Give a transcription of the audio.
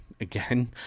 Again